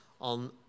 on